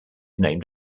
named